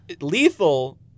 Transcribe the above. lethal